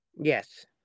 Yes